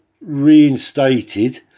reinstated